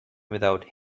without